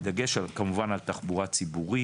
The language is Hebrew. בדגש כמובן על תחבורה ציבורית.